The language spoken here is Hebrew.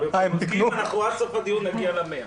אני מבקשת לטפל פה.